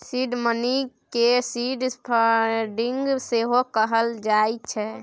seed money केँ seed funding सेहो कहल जाइ छै